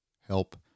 help